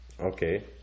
Okay